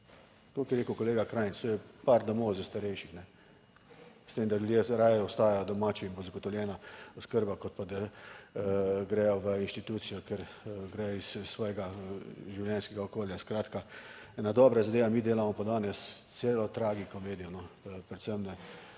kot je rekel kolega Krajnc, to je par domov za starejše, s tem, da ljudje raje ostajajo doma, čim bo zagotovljena oskrba, kot pa da gredo v inštitucijo, ker gredo iz svojega življenjskega okolja. Skratka, ena dobra zadeva. Mi delamo pa danes celo tragikomedijo medijev.